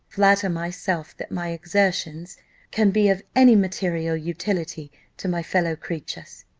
flatter myself that my exertions can be of any material utility to my fellow-creatures,